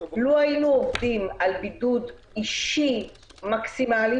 לו היינו עובדים על בידוד אישי מקסימלי,